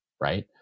right